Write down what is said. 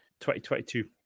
2022